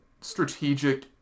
strategic